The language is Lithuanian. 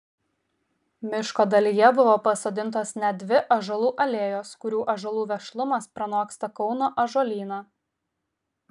miško dalyje buvo pasodintos net dvi ąžuolų alėjos kurių ąžuolų vešlumas pranoksta kauno ąžuolyną